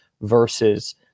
versus